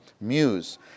Muse